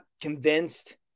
convinced